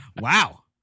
Wow